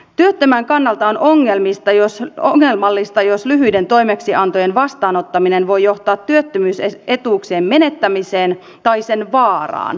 työttömän kannalta on ongelmallista jos lyhyiden toimeksiantojen vastaanottaminen voi johtaa työttömyysetuuksien menettämiseen tai sen vaaraan